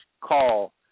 call